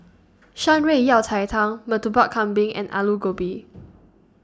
Shan Rui Yao Cai Tang Murtabak Kambing and Aloo Gobi